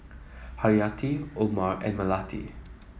Haryati Omar and Melati